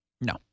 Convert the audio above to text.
No